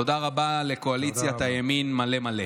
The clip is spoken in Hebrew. תודה רבה לקואליציית הימין מלא מלא.